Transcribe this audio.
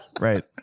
right